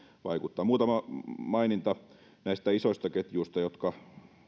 vaikuttaa muutama maininta näistä isoista ketjuista jotka